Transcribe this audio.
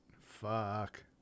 fuck